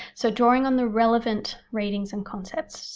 so drawing on the relevant readings and concepts,